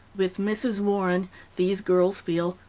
with mrs. warren these girls feel,